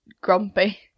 grumpy